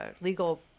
legal